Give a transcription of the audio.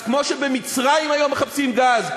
אז כמו שבמצרים היום מחפשים גז,